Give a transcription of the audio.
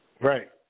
Right